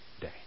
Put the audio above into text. day